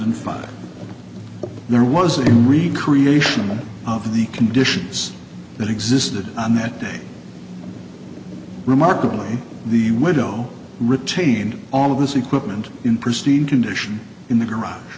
and five there was a read creation of the conditions that existed on that day remarkably the widow retain all of this equipment in pristine condition in the garage